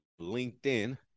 LinkedIn